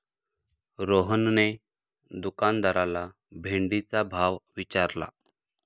रोहनने दुकानदाराला भेंडीचा भाव विचारला